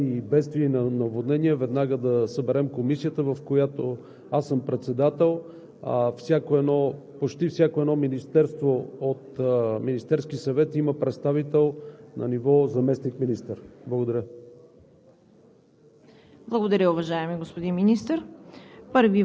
за преодоляване на щети вследствие на аварии, бедствия и наводнения веднага да съберем комисията, на която аз съм председател. Почти всяко едно министерство от Министерския съвет има представител на ниво заместник-министър. Благодаря.